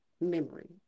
memory